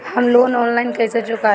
हम loan online कइसे चुकाई?